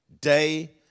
day